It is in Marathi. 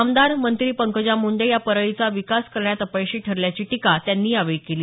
आमदार मंत्री पंकजा मुंडे या परळीचा विकास करण्यात अपयशी ठरल्याची टिका त्यांनी यावेळी केली